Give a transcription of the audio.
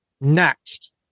Next